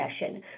session